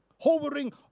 Hovering